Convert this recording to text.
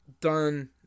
done